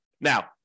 Now